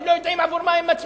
הם לא יודעים עבור מה הם מצביעים.